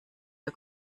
für